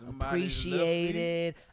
appreciated